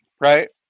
right